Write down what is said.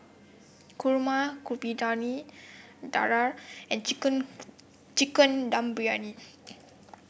Kurma Kuih Dadar and chicken Chicken Dum Briyani